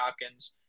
Hopkins